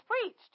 preached